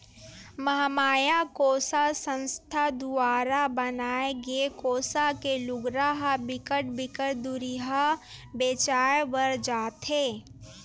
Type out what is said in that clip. महमाया कोसा संस्था दुवारा बनाए गे कोसा के लुगरा ह बिकट बिकट दुरिहा बेचाय बर जाथे